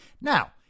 Now